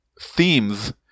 themes